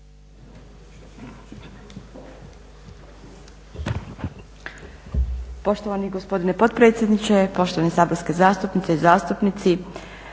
Poštovani gospodine potpredsjedniče, poštovane saborske zastupnice i zastupnici.